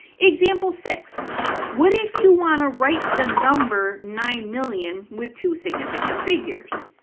example six what if you want to write the number nine million with two significant figures?